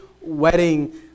wedding